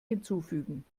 hinzufügen